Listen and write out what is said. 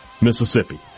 Mississippi